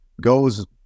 goes